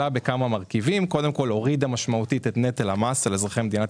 ולכן היא קודם כל הורידה משמעותית את נטל המס על אזרחי מדינת